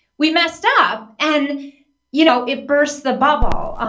we messed up, and you know it bursts the bubble,